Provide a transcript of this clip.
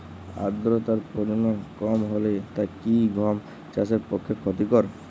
আর্দতার পরিমাণ কম হলে তা কি গম চাষের পক্ষে ক্ষতিকর?